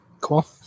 Cool